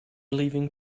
leaving